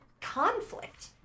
conflict